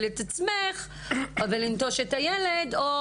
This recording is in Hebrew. זה משפט שלמה: להציל את עצמך אבל לנטוש את הילד או...